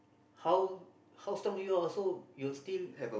how how strong you are also you'll still